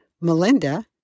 Melinda